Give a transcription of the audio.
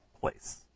place